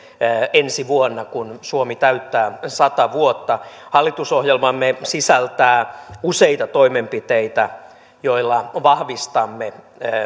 ensi vuonna kun suomi täyttää sata vuotta hallitusohjelmamme sisältää useita toimenpiteitä joilla vahvistamme